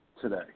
today